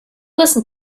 listen